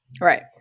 Right